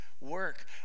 Work